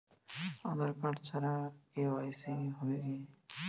আধার card ছাড়া KYC হবে কিনা?